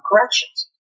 Corrections